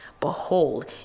Behold